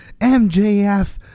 MJF